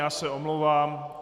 Já se omlouvám.